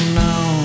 now